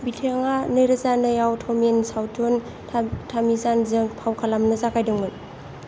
बिथाङा नैरोजा नैआव तमिन सावथुन था टामिजानजों फाव खालामनो जागायदोंमोन